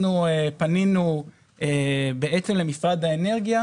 אנחנו פנינו למשרד האנרגיה.